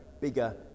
bigger